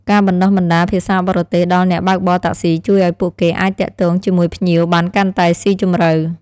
ការបណ្តុះបណ្តាលភាសាបរទេសដល់អ្នកបើកបរតាក់ស៊ីជួយឱ្យពួកគេអាចទាក់ទងជាមួយភ្ញៀវបានកាន់តែស៊ីជម្រៅ។